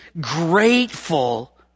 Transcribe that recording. grateful